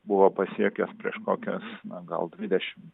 buvo pasiekęs prieš kokias na gal dvidešimt